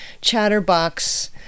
chatterbox